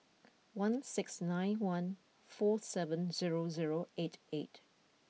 one six nine one four seven zero zero eight eight